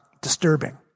disturbing